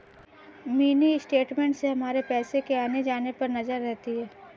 mini statement से हमारे पैसो के आने जाने पर नजर रहती है